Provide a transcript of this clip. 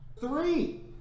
Three